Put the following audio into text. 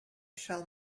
shall